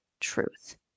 truth